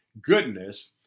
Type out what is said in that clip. goodness